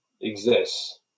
exists